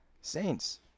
Saints